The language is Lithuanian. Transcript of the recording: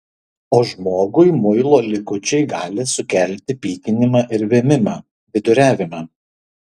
o žmogui muilo likučiai gali sukelti pykinimą ir vėmimą viduriavimą